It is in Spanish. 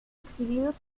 exhibidos